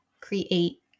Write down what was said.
create